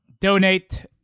donate